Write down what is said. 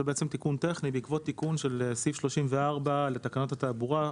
זה בעצם תיקון טכני בעקבות תיקון של סעיף 34 לתקנות התעבורה,